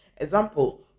Example